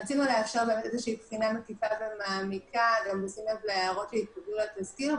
רצינו לאפשר בחינה מקיפה ומעמיקה גם בשים לב להערות שהתקבלו לתזכיר.